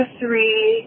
three